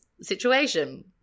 situation